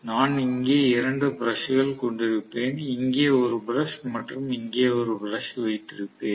நான் இங்கே 2 பிரஷ் கள் கொண்டிருப்பேன் இங்கே ஒரு பிரஷ் மற்றும் இங்கே ஒரு பிரஷ் வைத்திருப்பேன்